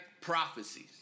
prophecies